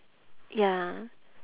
ya